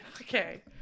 Okay